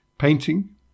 painting